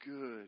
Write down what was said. good